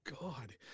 God